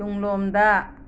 ꯇꯨꯡꯂꯣꯝꯗ